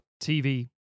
TV